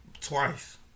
Twice